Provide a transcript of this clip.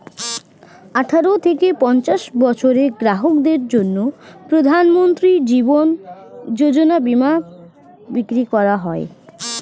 আঠারো থেকে পঞ্চাশ বছরের গ্রাহকদের জন্য প্রধানমন্ত্রী জীবন যোজনা বীমা বিক্রি করা হয়